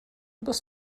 übers